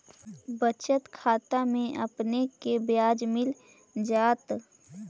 बचत खाता में आपने के ब्याज मिल जाएत